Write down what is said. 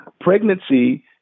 pregnancy